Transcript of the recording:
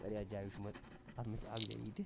واریاہ جایہِ وُچھمَژ اَتھ منٛز چھِ اَکھ جاے یِہِ تہِ